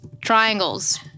triangles